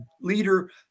leader